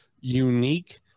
unique